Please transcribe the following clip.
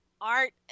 art